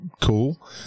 cool